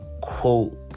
quote